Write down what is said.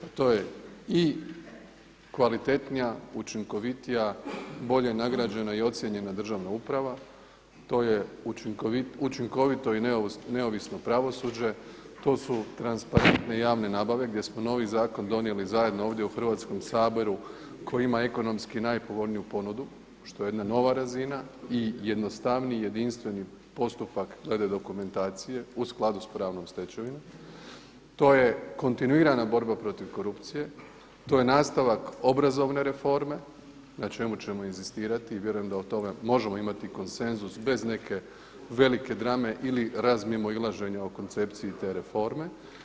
To je i kvalitetnija, učinkovitija, bolje nagrađena i ocijenjena državna uprava, to je učinkovito i neovisno pravosuđe, to su transparentne javne nabave gdje smo novi zakon donijeli zajedno ovdje u Hrvatskom saboru koji ima ekonomski najpovoljniju ponudu što je jedna nova razina i jednostavniji i jedinstveni postupak glede dokumentacije u skladu sa pravnom stečevinom, to je kontinuirana borba protiv korupcije, to je nastavak obrazovne reforme na čemu ćemo inzistirati i vjerujem da o tome možemo imati konsenzus bez neke velike drame ili razmimoilaženja o koncepciji te reforme.